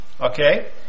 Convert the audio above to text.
okay